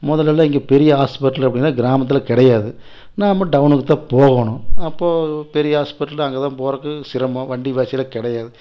முதலெல்லாம் இங்கே பெரிய ஹாஸ்பிட்டல் அப்படினா கிராமத்தில் கிடையாது நாம் டவுனுக்குத்தான் போகணும் அப்போது பெரிய ஹாஸ்பிட்டல் அங்கே தான் போறதுக்கு சிரமம் வண்டிவாசிலாம் கிடையாது